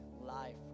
life